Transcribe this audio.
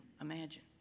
imagine